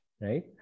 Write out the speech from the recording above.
right